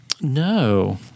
No